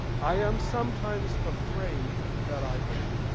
i am sometimes afraid that i am.